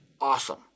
awesome